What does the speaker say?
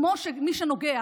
כמו שמי שנוגע,